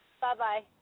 Bye-bye